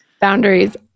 Boundaries